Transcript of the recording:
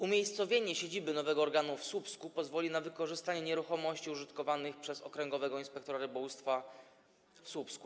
Umiejscowienie siedziby nowego organu w Słupsku pozwoli na wykorzystanie nieruchomości użytkowanych przez okręgowego inspektora rybołówstwa w Słupsku.